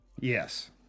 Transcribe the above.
Yes